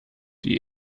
die